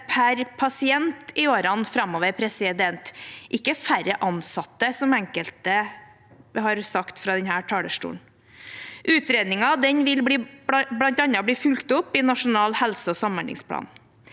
per pasient i årene framover – ikke færre ansatte, som enkelte har sagt fra denne talerstolen. Utredningen vil bl.a. bli fulgt opp i Nasjonal helse- og samhandlingsplan.